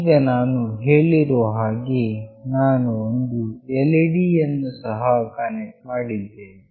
ಈಗ ನಾನು ಹೇಳಿರುವ ಹಾಗೆ ನಾನು ಒಂದು LED ಯನ್ನು ಸಹ ಕನೆಕ್ಟ್ ಮಾಡಿದ್ದೇನೆ